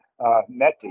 Meti